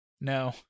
No